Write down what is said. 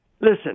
Listen